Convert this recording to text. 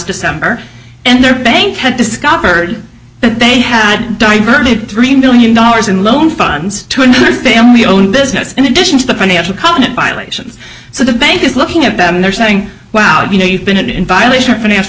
december and their bank had discovered that they had diverted three million dollars in loan funds to a family owned business in addition to the financial company by lation so the bank is looking at that and they're saying wow you know you've been in violation of financial